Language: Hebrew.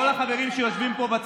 כל החברים שיושבים פה,